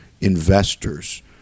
investors